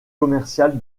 commerciale